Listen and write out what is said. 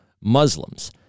Muslims